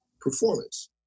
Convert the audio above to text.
performance